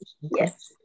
yes